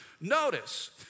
Notice